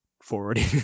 forwarding